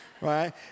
right